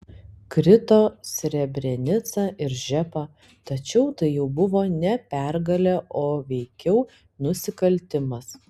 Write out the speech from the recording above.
krito srebrenica ir žepa tačiau tai jau buvo ne pergalė o veikiau nusikaltimas